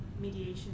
mediation